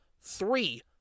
three